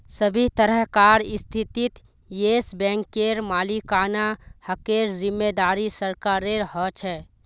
सभी तरहकार स्थितित येस बैंकेर मालिकाना हकेर जिम्मेदारी सरकारेर ह छे